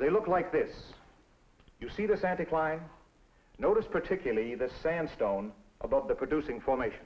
they look like this you see the static line i noticed particularly the sandstone about the producing formation